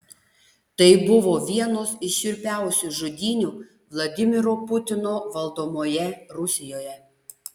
tai buvo vienos iš šiurpiausių žudynių vladimiro putino valdomoje rusijoje